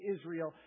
Israel